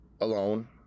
alone